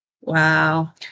Wow